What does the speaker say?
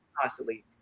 constantly